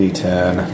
D10